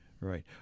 Right